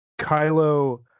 Kylo